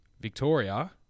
Victoria